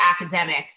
academics